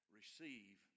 receive